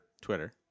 Twitter